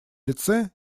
лице